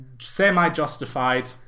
semi-justified